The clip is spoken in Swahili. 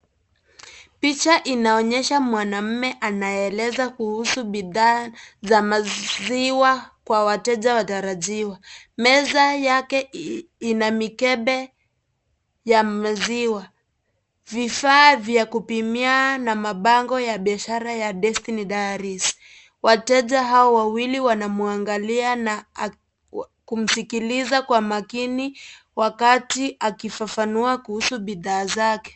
Picha inaonyesha mwanamume anayeeleza kuhusu bidhaa za maziwa kwa wateja watarajiwa. Meza yake na mikebe ya maziwa. Vifaa vya kupimia na mabango ya biashara ya destiny dairies. Wateja hao wawili wanamwangalia na kumsikiliza kwa makini wakati akifafanua kuhusu bidhaa zake.